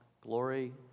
glory